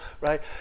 right